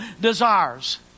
desires